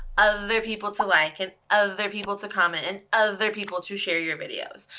other people to like, and other people to comment, and other people to share your videos.